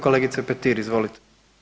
Kolegice Petir, izvolite.